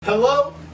Hello